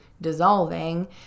dissolving